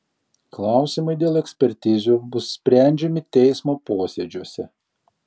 klausimai dėl ekspertizių bus sprendžiami teismo posėdžiuose